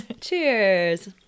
Cheers